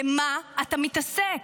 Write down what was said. במה אתה מתעסק?